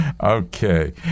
Okay